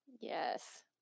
Yes